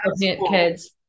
kids